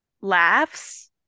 laughs